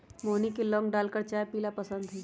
मोहिनी के लौंग डालकर चाय पीयला पसंद हई